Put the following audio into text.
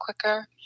quicker